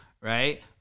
right